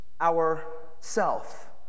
ourself